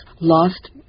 lost